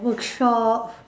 workshop